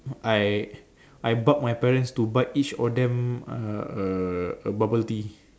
I I bug my parent to buy each of them uh a bubble tea